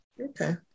Okay